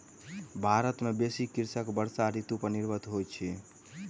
भारत के बेसी कृषक वर्षा ऋतू पर निर्भर होइत अछि